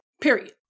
Period